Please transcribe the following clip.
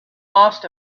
lost